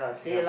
ya